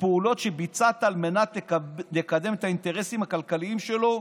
"ופעולות שביצעת על מנת לקדם את האינטרסים הכלכליים שלו",